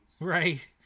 Right